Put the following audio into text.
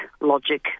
logic